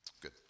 Good